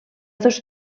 dos